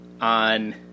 on